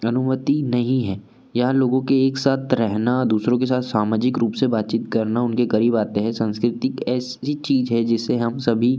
अनुमति नहीं है यह लोगों के एक साथ रहना दूसरों के साथ सामाजिक रूप से बातचीत करना उनके क़रीब आते हैं संस्कृति एक ऐसी चीज़ है जिसे हम सभी